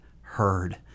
heard